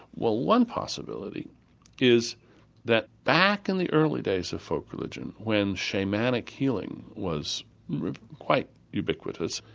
well one possibility is that back in the early days of folk religion when schamanic healing was quite ubiquitous,